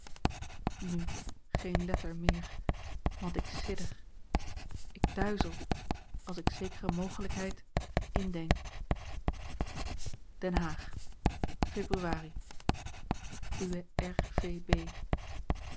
nu geen letter meer want ik sidder ik duizel als ik zekere mogelijkheid indenk den haag februari